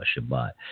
Shabbat